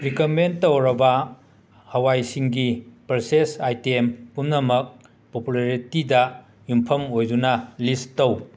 recommend ꯇꯧꯔꯕ ꯍꯋꯥꯏꯁꯤꯡꯒꯤ pulses item ꯄꯨꯝꯅꯃꯛ ꯄꯣꯄꯨꯂꯔꯤꯇꯤꯗ ꯌꯨꯝꯐꯝ ꯑꯣꯏꯗꯨꯅ ꯂꯤꯁ ꯇꯧ